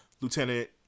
Lieutenant